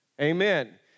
Amen